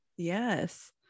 yes